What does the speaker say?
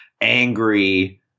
angry